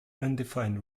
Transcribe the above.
undefined